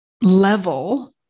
level